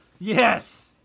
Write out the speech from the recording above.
Yes